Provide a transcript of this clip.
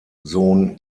sohn